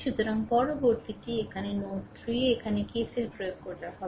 সুতরাং পরবর্তীটি এখানে নোড 3 এ এখানে KCL প্রয়োগ করা হবে